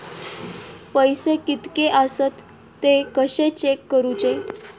पैसे कीतके आसत ते कशे चेक करूचे?